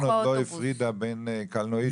עוד לא הפרידה בין קלנועית לקלנועית.